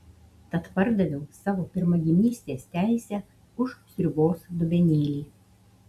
tad pardaviau savo pirmagimystės teisę už sriubos dubenėlį